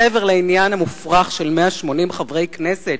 מעבר לעניין המופרך של 180 חברי כנסת,